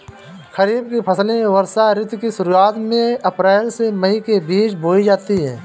खरीफ की फसलें वर्षा ऋतु की शुरुआत में अप्रैल से मई के बीच बोई जाती हैं